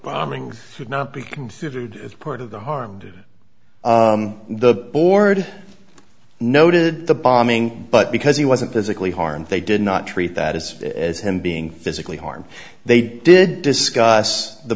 bombings should not be considered part of the harm to the board noted the bombing but because he wasn't physically harmed they did not treat that as as him being physically harm they did discuss the